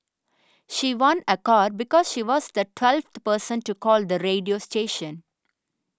she won a car because she was the twelfth person to call the radio station